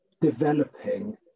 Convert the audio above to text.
developing